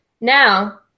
Now